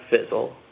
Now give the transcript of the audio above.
fizzle